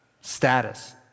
status